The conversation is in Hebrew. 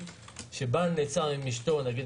כשבעל נעצר עם אשתו שנוהגת